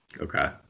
Okay